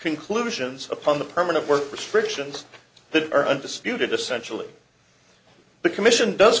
conclusions upon the permanent work restrictions that are undisputed essentially the commission does